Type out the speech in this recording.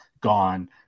gone